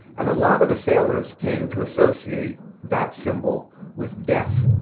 and a lot of the sailors came to associate that symbol with death.